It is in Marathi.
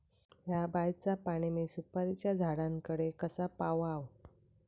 हया बायचा पाणी मी सुपारीच्या झाडान कडे कसा पावाव?